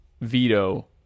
veto